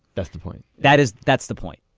that's the point. that is that's the point.